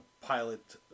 pilot